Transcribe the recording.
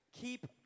Keep